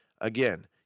Again